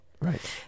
right